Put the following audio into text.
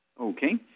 Okay